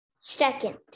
Second